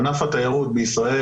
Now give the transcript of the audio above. ענף התיירות בישראל,